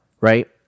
right